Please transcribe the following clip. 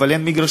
אבל אין מגרשים.